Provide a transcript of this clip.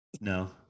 No